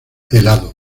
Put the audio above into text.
helado